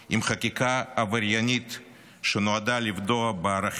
עם חקיקה עבריינית שנועדה לפגוע בערכים